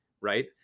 right